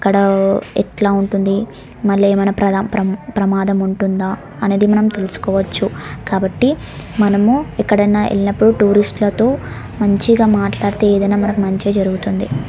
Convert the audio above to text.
అక్కడా ఎట్లా ఉంటుంది మళ్ళీ ఏమైనా ప్రద ప్రమాదం ఉంటుందా అనేది మనం తెలుసుకోవచ్చు కాబట్టి మనము ఎక్కడైనా వెళ్ళినప్పుడు టూరిస్ట్లతో మంచిగా మాట్లాడితే ఏదైనా మనకు మంచే జరుగుతుంది